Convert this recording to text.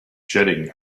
jetting